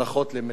לדחות,